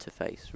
interface